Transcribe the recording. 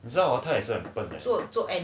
你知道她也是很笨 eh